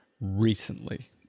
recently